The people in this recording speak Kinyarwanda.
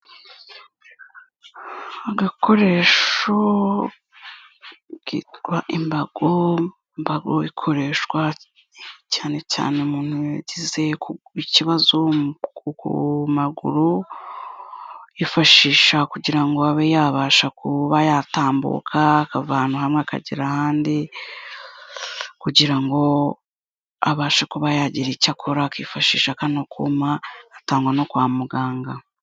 Agakoresho kitwa imbago. Imbago ikoreshwa cyane cyane umuntu yagize ikibazo ku maguru, yifashisha kugirango ngo abe yabasha kuba yatambuka akava ahantu hamwe akagera ahandi kugira ngo abashe kuba yagira icyo akora akifashisha kano kuma gatangwa no kwa muganga.